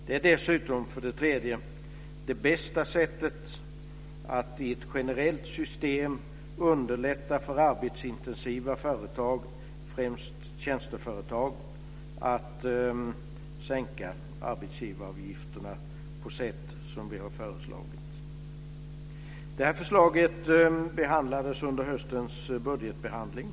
Det är dessutom det bästa sättet att i ett generellt system underlätta för arbetsintensiva företag, främst tjänsteföretag, att sänka arbetsgivaravgifterna på det sätt som vi har föreslagit. Det här förslaget behandlades under höstens budgetbehandling.